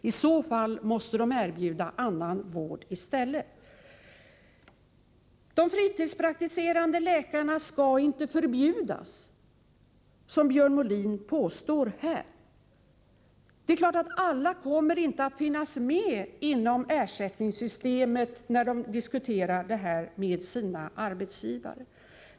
I så fall måste huvudmännen erbjuda annan vård i stället. De fritidspraktiserande läkarna skall inte förbjudas, som Björn Molin påstår här. Alla kommer naturligvis inte att finnas med inom ersättningssystemet när de diskuterar denna fråga med sina arbetsgivare.